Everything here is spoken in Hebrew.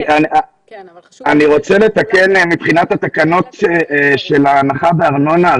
אני רוצה לתקן מבחינת התקנות של ההנחה בארנונה,